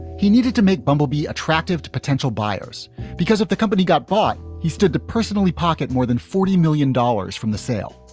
he needed to make bumblebee attractive to potential buyers because if the company got bought, he stood to personally pocket more than forty million dollars from the sale.